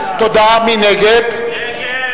של קבוצת סיעת מרצ וקבוצת סיעת קדימה לסעיף 1 לא נתקבלה.